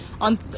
on